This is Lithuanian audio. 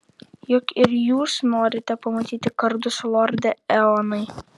juk ir jūs norite pamatyti kardus lorde eonai